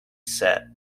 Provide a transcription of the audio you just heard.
set